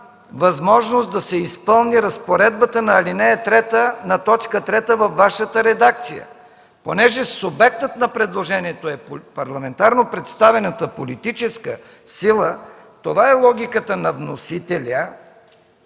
възможност да се изпълни разпоредбата на т. 3 във Вашата редакция! Понеже субектът на предложението е парламентарно представената политическа сила, това е логиката на вносителя